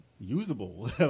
usable